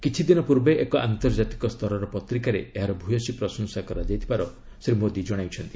କିଛିଦିନ ପୂର୍ବେ ଏକ ଆନ୍ତର୍ଜାତିକ ସ୍ତରର ପତ୍ରିକାରେ ଏହାର ଭୟସୀ ପ୍ରଶଂସା କରାଯାଇଥିବାର ପ୍ରଧାନମନ୍ତ୍ରୀ ଜଣାଇଛନ୍ତି